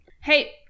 Hey